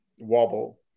wobble